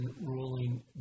ruling